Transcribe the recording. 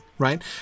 Right